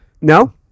No